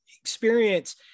experience